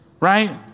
right